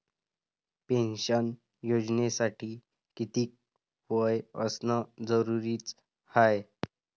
Pension योजनेसाठी कितीक वय असनं जरुरीच हाय?